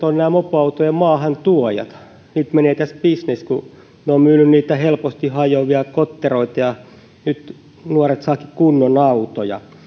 ovat nämä mopoautojen maahantuojat niiltä menee tässä bisnes kun ne ovat myyneet niitä helposti hajoavia kotteroita ja nyt nuoret saavatkin kunnon autoja